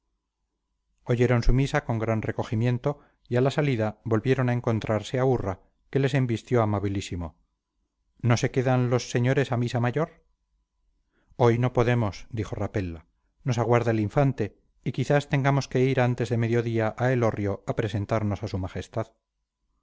su misa con gran recogimiento y a la salida volvieron a encontrarse a urra que les embistió amabilísimo no se quedan los señores a misa mayor hoy no podemos dijo rapella nos aguarda el infante y quizás tengamos que ir antes de mediodía a elorrio a presentarnos a su majestad